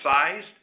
sized